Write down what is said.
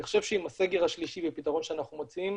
אני חושב שעם הסגר השלישי ופתרון שאנחנו מציעים,